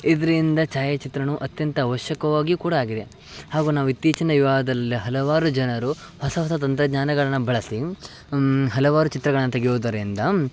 ಇದರಿಂದ ಛಾಯಾಚಿತ್ರಣವು ಅತ್ಯಂತ ಆವಶ್ಯಕವಾಗಿಯೂ ಕೂಡ ಆಗಿದೆ ಹಾಗೂ ನಾವು ಇತ್ತೀಚಿನ ಯುವಾದಲ್ ಹಲವಾರು ಜನರು ಹೊಸ ಹೊಸ ತಂತ್ರಜ್ಞಾನಗಳನ್ನ ಬಳಸಿ ಹಲವಾರು ಚಿತ್ರಗಳನ್ನು ತೆಗೆಯೋದರಿಂದ